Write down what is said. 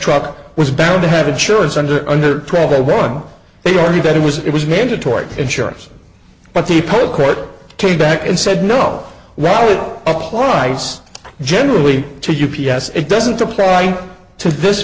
truck was bound to have insurance under under twelve a one they already that it was it was mandatory insurance but the poll court came back and said no well it applies generally to u p s it doesn't apply to this